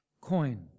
coin